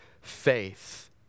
faith